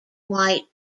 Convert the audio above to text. white